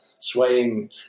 swaying